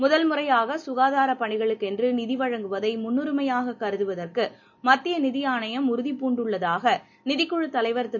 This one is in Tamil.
முதல் முறையாகசுகாதாரபணிகளுக்கென்றுநிதிவழங்குவதைமுன்னுரிமையாககருதுவதற்குமத்தியநிதிஆணையம் உறுதி பூண்டுள்ளதாகநிதிக்குழுத் தலைவர் திரு